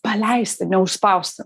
paleisti neužspausi